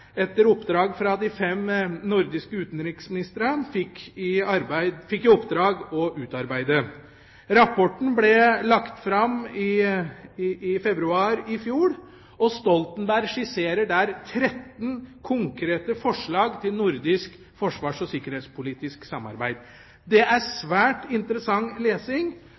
etter oppdrag fra de fem utenriksministrene har utarbeidet. Rapporten ble lagt fram i februar i fjor, og Stoltenberg skisserer der 13 konkrete forslag til nordisk forsvars- og sikkerhetspolitisk samarbeid. Det er svært interessant